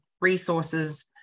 resources